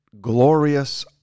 glorious